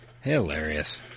Hilarious